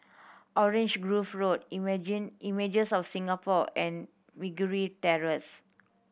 Orange Grove Road Images of Singapore and Meragi Terrace